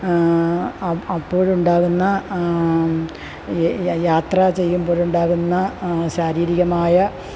അപ്പോഴുണ്ടാകുന്ന യാത്ര ചെയ്യുമ്പോഴുണ്ടാകുന്ന ശാരീരികമായ